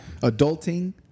Adulting